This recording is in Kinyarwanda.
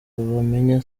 bamenya